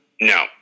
No